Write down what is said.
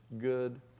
good